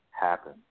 happen